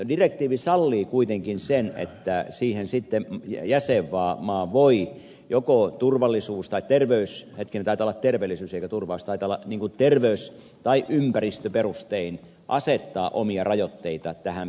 direktiivi sallii kuitenkin sen että jäsenmaa voi joko turvallisuus tai terveys ja katalat tervellisyysille turvasta itälä niinku terveys tai ympäristöperustein asettaa omia rajoitteitaan tähän perusdirektiiviin